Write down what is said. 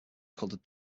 called